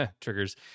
triggers